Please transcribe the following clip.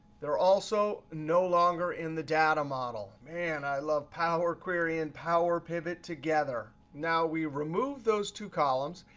they're also no longer in the data model. man, i love power query and power pivot together. now we remove those two columns,